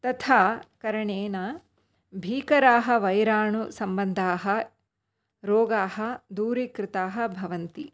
तथा करणेन भीकराः वैराणूसम्बन्धाः रोगाः दूरीकृताः भवन्ति